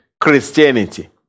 Christianity